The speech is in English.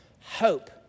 hope